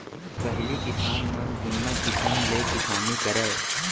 पहिली किसान मन जुन्ना किसम ले किसानी करय